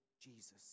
Jesus